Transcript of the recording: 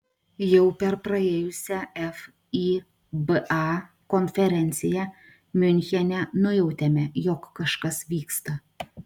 jau per praėjusią fiba konferenciją miunchene nujautėme jog kažkas vyksta